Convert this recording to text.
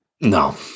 No